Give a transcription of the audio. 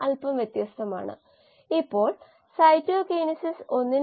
അതായത് ഉത്പാദിപ്പിക്കുന്ന കോശങ്ങളുടെ അളവ് ഹരിക്കണം ഉപഭോഗം ചെയുന്ന സബ്സ്ട്രേറ്റ് ആണ്